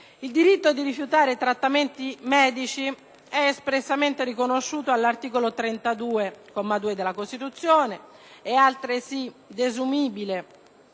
Il diritto di rifiutare trattamenti medici è espressamente riconosciuto all'articolo 32, secondo comma, della Costituzione; è altresì desumibile